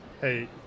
hey